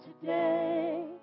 today